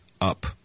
up